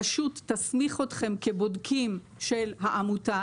הרשות תסמיך אתכם כבודקים של העמותה,